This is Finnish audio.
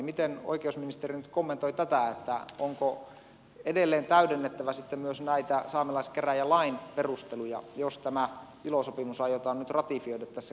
miten oikeusministeri nyt kommentoi tätä onko edelleen täydennettävä sitten myös näitä saamelaiskäräjälain perusteluja jos tämä ilo sopimus aiotaan nyt ratifioida tässä käsi kädessä